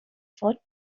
for